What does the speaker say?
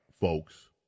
folks